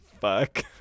fuck